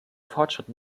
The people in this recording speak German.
fortschritt